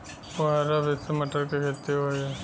फुहरा विधि से मटर के खेती होई